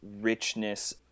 richness